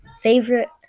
favorite